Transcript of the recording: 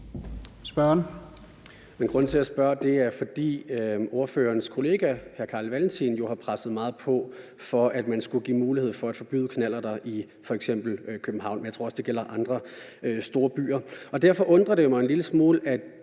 Grunden til, at jeg spørger, er, at ordførerens kollega hr. Carl Valentin jo har presset meget på for, at man skulle give mulighed for at forbyde knallerter i f.eks. København, men jeg tror også, det gælder andre store byer. Derfor undrer det mig jo en lille smule,